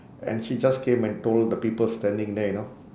and she just came and told the people standing there you know